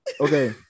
Okay